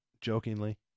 jokingly